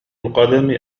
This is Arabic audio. القدم